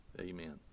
amen